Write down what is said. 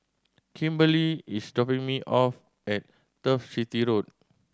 Kimberlee is dropping me off at Turf City Road